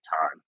time